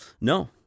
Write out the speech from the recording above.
No